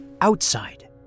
outside